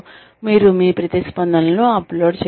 మీరు మీ ప్రతిస్పందనలను అప్లోడ్ చేయవచ్చు